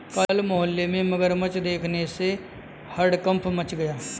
कल मोहल्ले में मगरमच्छ देखने से हड़कंप मच गया